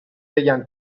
بگن